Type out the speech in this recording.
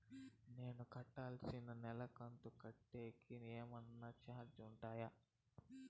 నేను కట్టాల్సిన నెల కంతులు కట్టేకి ఏమన్నా చార్జీలు ఉంటాయా?